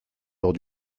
lors